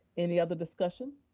any other discussion?